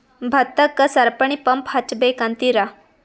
ಭತ್ತಕ್ಕ ಸರಪಣಿ ಪಂಪ್ ಹಚ್ಚಬೇಕ್ ಅಂತಿರಾ?